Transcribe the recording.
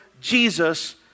Jesus